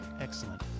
Excellent